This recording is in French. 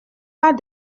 pas